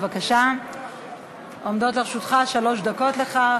בבקשה, עומדות לרשותך שלוש דקות לכך.